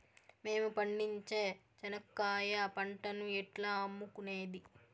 మేము పండించే చెనక్కాయ పంటను ఎట్లా అమ్ముకునేది?